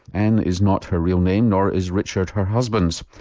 and is not her real name, nor is richard her husband's.